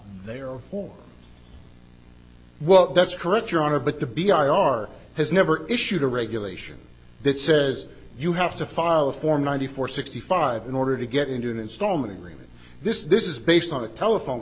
are for well that's correct your honor but the b r has never issued a regulation that says you have to file for ninety four sixty five in order to get into an installment agreement this is this is based on a telephone